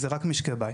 זה רק משקי בית.